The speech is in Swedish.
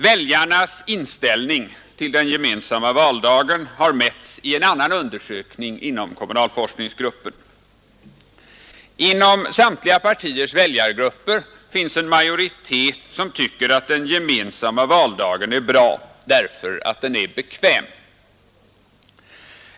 Väljarnas inställning till den gemensamma valdagen har mätts i en annan undersökning inom kommunalforskningsgruppen. Inom samtliga partiers väljargrupper finns en majoritet som tycker att den gemensamma valdagen är bra därför att den är bekväm.